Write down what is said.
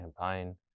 campaign